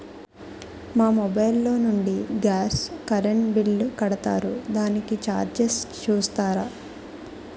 మా మొబైల్ లో నుండి గాస్, కరెన్ బిల్ కడతారు దానికి చార్జెస్ చూస్తారా?